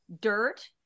dirt